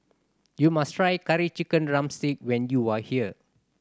you must try Curry Chicken drumstick when you are here